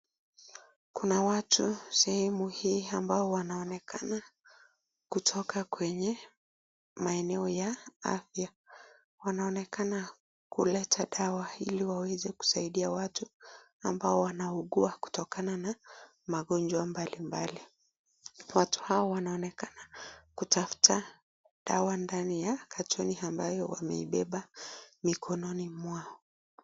Kuna watu sehemu hii ambao wanaonekana kutoka kwenye maeneo yaafya, wanaonekana kuleta dawa iliwaweze kusaidia watu ambao wanaugua kutokana na magonjwa mbalimbali, watu hao wanaonekana kutafuta dawa ndani ya katoni ambayo wameibeba mikononi mwao.